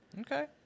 Okay